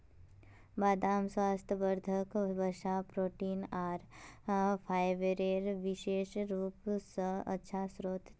बदाम स्वास्थ्यवर्धक वसा, प्रोटीन आर फाइबरेर विशेष रूप स अच्छा स्रोत छ